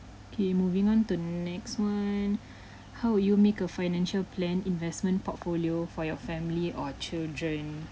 okay moving on to next one how would you make a financial plan investment portfolio for your family or children